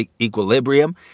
equilibrium